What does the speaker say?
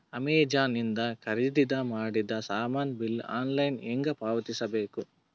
Amazon ಇಂದ ಖರೀದಿದ ಮಾಡಿದ ಸಾಮಾನ ಬಿಲ್ ಆನ್ಲೈನ್ ಹೆಂಗ್ ಪಾವತಿಸ ಬೇಕು?